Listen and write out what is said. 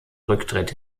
rücktritt